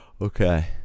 Okay